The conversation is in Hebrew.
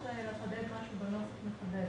לחדד משהו בנוסח, נחדד.